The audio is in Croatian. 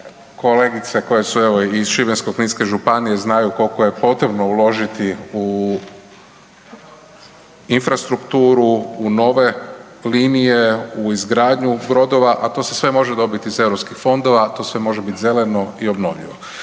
kolegice koje su, evo, iz Šibensko-kninske županije, znaju koliko je potrebno uložiti u infrastrukturu, u nove linije, u izgradnju brodova, a to se sve može dobiti iz EU fondova, to sve može biti zeleno i obnovljivo.